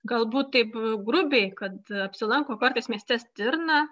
galbūt taip grubiai kad apsilanko kartais mieste stirna